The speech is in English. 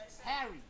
Harry